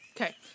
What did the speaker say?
Okay